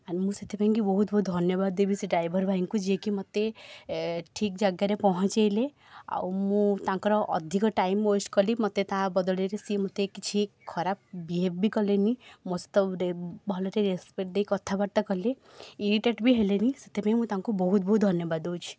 and ମୁଁ ସେଥିପାଇଁକି ବହୁତ ବହୁତ ଧନ୍ୟବାଦ ଦେବି ସେ ଡ୍ରାଇଭର୍ ଭାଇଙ୍କୁ ଯିଏକି ମୋତେ ଏ ଠିକ୍ ଜାଗାରେ ପହଞ୍ଚେଇଲେ ଆଉ ମୁଁ ତାଙ୍କର ଅଧିକ ଟାଇମ୍ ୱେଷ୍ଟ୍ କଲି ମୋତେ ତାହା ବଦଳରେ ସିଏ ମୋତେ କିଛି ଖରାପ ବିହେବ୍ ବି କଲେନି ମୋ ସହିତ ରେ ଭଲରେ ରେସ୍ପେକ୍ଟ ଦେଇ କଥାବାର୍ତ୍ତା କଲେ ଇରିଟେଟ୍ ବି ହେଲେନି ସେଥିପାଇଁ ମୁଁ ତାଙ୍କୁ ବହୁତ ବହୁତ ଧନ୍ୟବାଦ ଦେଉଛି